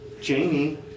Jamie